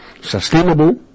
sustainable